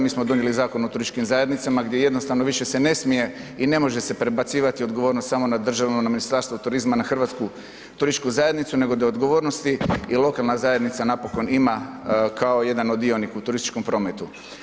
Mi smo donijeli Zakon o turističkim zajednicama gdje se jednostavno više ne smije i ne može prebacivati odgovornost samo na državu, na Ministarstvo turizma na Hrvatsku turističku zajednicu nego da je odgovornosti i lokalna zajednica napokon ima kao jedan od dionika u turističkom prometu.